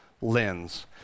lens